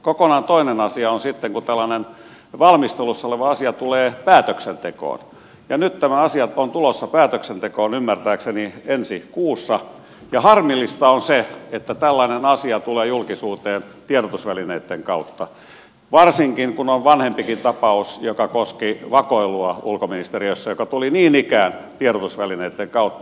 kokonaan toinen asia on sitten se kun tällainen valmistelussa oleva asia tulee päätöksentekoon nyt tämä asia on tulossa päätöksentekoon ymmärtääkseni ensi kuussa ja harmillista on se että tällainen asia tulee julkisuuteen tiedotusvälineitten kautta varsinkin kun on vanhempikin tapaus joka koski vakoilua ulkoministeriössä mikä tuli niin ikään tiedotusvälineitten kautta